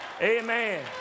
Amen